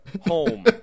home